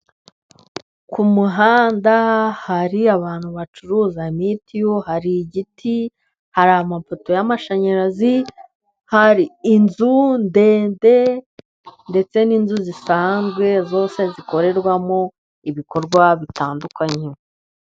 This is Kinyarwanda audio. Ku muhanda hari abantu bacuruza mitiyu, hari igiti, hari amapoto y'amashanyarazi, hari inzu ndende, ndetse n'inzu zisanzwe zose zikorerwamo, ibikorwa bitandukanye.